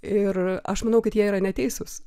ir aš manau kad jie yra neteisūs